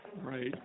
Right